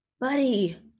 buddy